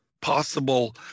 possible